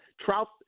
Trout